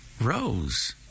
Rose